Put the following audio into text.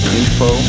info